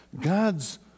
God's